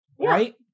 Right